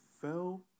fell